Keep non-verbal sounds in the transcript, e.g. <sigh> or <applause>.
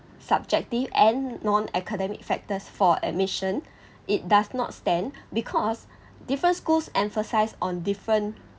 subjective and non-academic factors for admission <breath> it does not stand because different schools emphasise on different